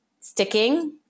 sticking